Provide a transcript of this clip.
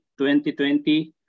2020